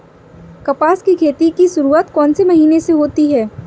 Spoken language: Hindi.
कपास की खेती की शुरुआत कौन से महीने से होती है?